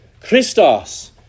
Christos